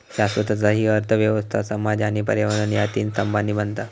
शाश्वतता हि अर्थ व्यवस्था, समाज आणि पर्यावरण ह्या तीन स्तंभांनी बनता